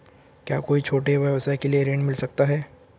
क्या कोई छोटे व्यवसाय के लिए ऋण मिल सकता है?